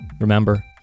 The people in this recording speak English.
remember